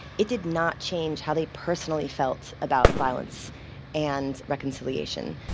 it did not change how they personally felt about violence and reconciliation.